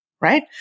right